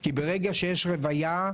כי ברגע שיש רוויה,